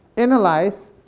analyze